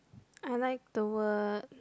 I like the word